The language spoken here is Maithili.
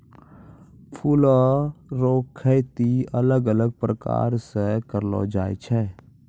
फूलो रो खेती अलग अलग प्रकार से करलो जाय छै